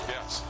Yes